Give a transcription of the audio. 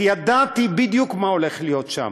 כי ידעתי בדיוק מה הולך להיות שם.